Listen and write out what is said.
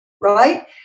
right